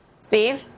Steve